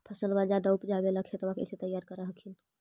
फसलबा ज्यादा उपजाबे ला खेतबा कैसे तैयार कर हखिन?